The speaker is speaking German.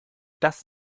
das